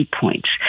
points